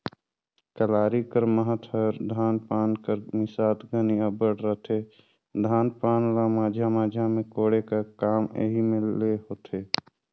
कलारी कर महत हर धान पान कर मिसात घनी अब्बड़ रहथे, धान पान ल माझा माझा मे कोड़े का काम एही मे ले होथे